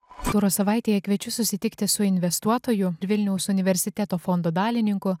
kultūros savaitėje kviečiu susitikti su investuotoju vilniaus universiteto fondo dalininku